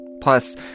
Plus